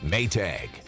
Maytag